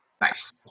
Nice